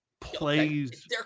plays